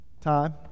time